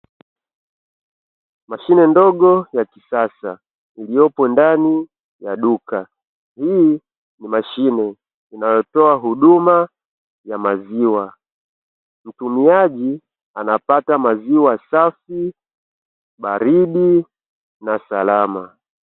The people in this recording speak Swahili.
Mashine ndogo ya kisasa iliyopo ndani ya duka. Hii ni mashine inayotoa huduma ya maziwa, mtumiaji anapata maziwa safi, baridi na salama.